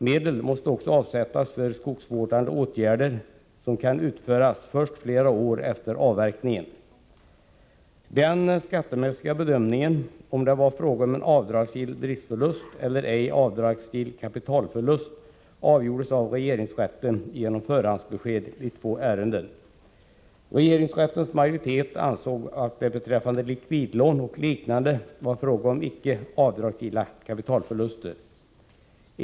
Medel måste också avsättas för skogsvårdande åtgärder som kan utföras först flera år efter avverkningen. Regeringensrättens majoritet ansåg att det beträffande likvidlån och liknande var fråga om icke avdragsgilla kapitalförluster.